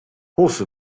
horse